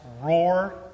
roar